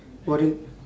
boring